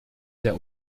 der